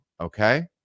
okay